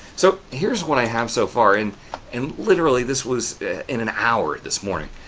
so, here's what i have so far in and literally this was in an hour this morning.